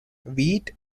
wheat